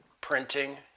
printing